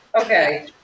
Okay